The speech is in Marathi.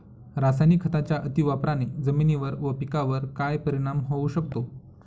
रासायनिक खतांच्या अतिवापराने जमिनीवर व पिकावर काय परिणाम होऊ शकतो?